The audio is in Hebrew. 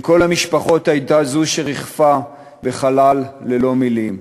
לכל המשפחות הייתה זו שריחפה בחלל ללא מילים.